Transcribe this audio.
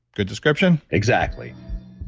good description? exactly.